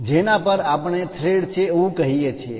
જેના પર આપણે થ્રેડ છે એવું કહીએ છીએ